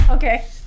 Okay